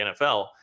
NFL